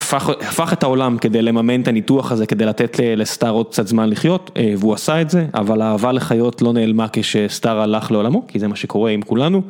הפך את העולם כדי לממן את הניתוח הזה כדי לתת לסטאר עוד קצת זמן לחיות והוא עשה את זה אבל אהבה לחיות לא נעלמה כשסטאר הלך לעולמו כי זה מה שקורה עם כולנו.